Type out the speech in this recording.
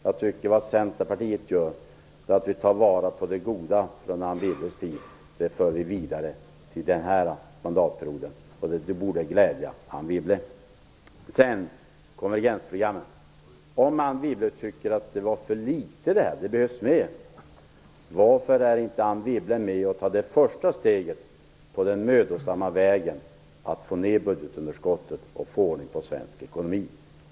Jag tycker att Centerpartiet tar vara på det goda från Anne Wibbles tid och för det vidare till den här mandatperioden. Det borde glädja Om konvergensprogrammet: Om Anne Wibble tycker att detta var för litet och att det behövs mer, varför är inte Anne Wibble med och tar det första steget på den svåra vägen att få ned budgetunderskottet och få ordning på svensk ekonomi?